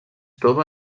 tova